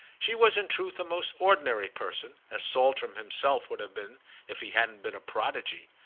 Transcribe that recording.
she was in truth a most ordinary person, as saltram himself would have been if he hadn't been a prodigy.